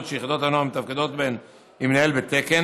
שיחידות הנוער מתפקדות בהן עם מנהל בתקן,